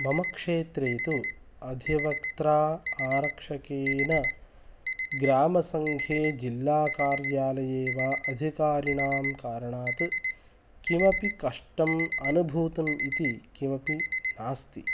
मम क्षेत्रे तु अधिवक्त्रा आरक्षकेन ग्रामसङ्घे जिल्ला कार्यालये वा अधिकारिणां कारणात् किमपि कष्टम् अनुभूतम् इति किमपि नास्ति